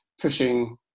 pushing